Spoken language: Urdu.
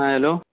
ہاں ہیلو